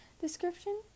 description